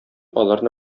аларны